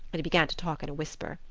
and he began to talk in a whisper.